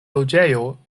loĝejo